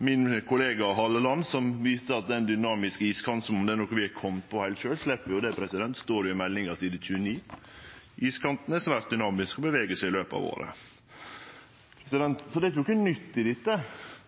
min kollega Halleland, vart det vist til den dynamiske iskantsona som noko vi har funne på heilt sjølv. Vi slepp jo det, det står i meldinga på side 29. Iskanten er svært dynamisk og beveger seg i løpet av året. Det er ikkje noko nytt i dette.